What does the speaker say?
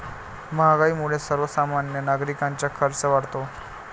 महागाईमुळे सर्वसामान्य नागरिकांचा खर्च वाढतो